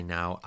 now